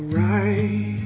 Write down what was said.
right